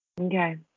okay